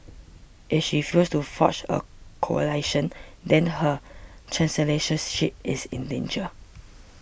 if she fails to forge a coalition then her chancellors ship is in danger